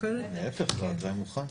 להפך, התוואי מוכן.